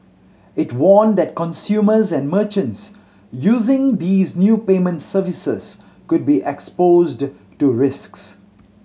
it warned that consumers and merchants using these new payment services could be exposed to risks